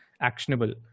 actionable